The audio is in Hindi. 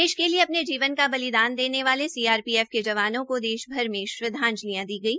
देश के लिये अपने जीवन बलिदान देने सीआरपीएफ के जवानों को देशभर में श्रद्वाजंलि दी गई